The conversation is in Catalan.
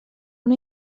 una